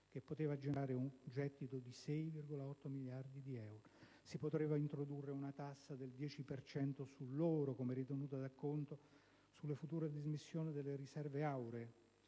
in modo da generare un gettito di 6,8 miliardi di euro. Si poteva introdurre una tassa del 10 per cento sull'oro, come ritenuta di acconto sulle future dismissioni delle riserve auree,